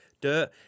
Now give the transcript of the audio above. Dirt